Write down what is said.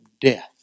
death